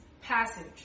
passage